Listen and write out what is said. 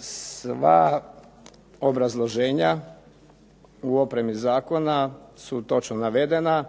Sva obrazloženja u opremi zakona su točno navedena.